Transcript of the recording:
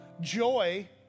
joy